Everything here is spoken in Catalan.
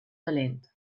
dolent